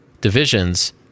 divisions